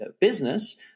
business